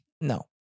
no